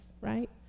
right